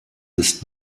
ist